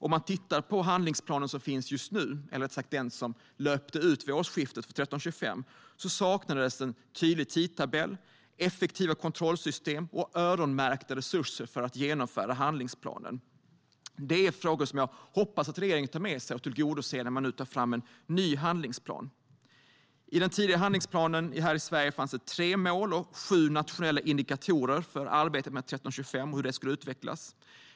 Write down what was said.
Om man tittar på den handlingsplan som finns just nu, eller rättare sagt den som löpte ut vid årsskiftet, för 1325 ser man att det saknas en tydlig tidtabell, effektiva kontrollsystem och öronmärkta resurser för att genomföra handlingsplanen. Det är frågor som jag hoppas att regeringen tar med sig och tillgodoser när man nu tar fram en ny handlingsplan. I den tidigare handlingsplanen i Sverige fanns tre mål och sju nationella indikatorer för arbetet med 1325 och hur det skulle utvecklas.